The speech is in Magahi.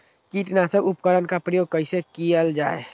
किटनाशक उपकरन का प्रयोग कइसे कियल जाल?